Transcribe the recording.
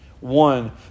one